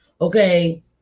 Okay